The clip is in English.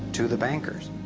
to the bankers.